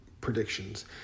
predictions